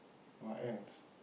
what else